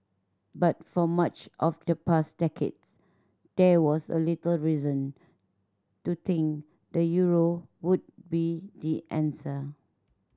but for much of the past decades there was a little reason to think the euro would be the answer